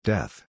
Death